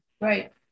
Right